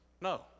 No